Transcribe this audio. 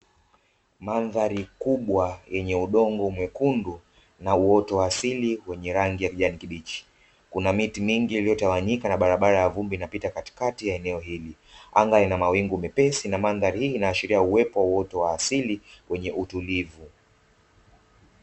Mandhari kubwa yenye udongo mwekundu na uoto wa asili wenye rangi ya kijani kibichi. Kuna miti mingi iliyotawanyika na barabara ya vumbi inapita katikati ya eneo hili. Anga lina mawingu mepesi na mandhari hii inaashiria uwepo wa uoto wa asili wenye utulivu.